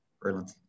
Brilliant